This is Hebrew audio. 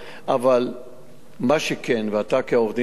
אבל מה שכן, ואתה כעורך-דין יודע את זה,